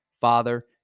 father